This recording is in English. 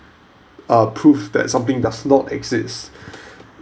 uh proof that something does not exist